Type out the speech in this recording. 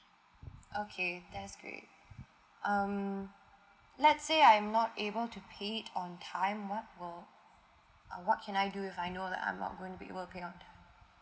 okay that's great um let's say I'm not able to pay it on time what will uh what can I do with I know that I'm not going to be will pay on that